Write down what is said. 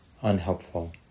unhelpful